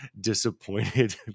disappointed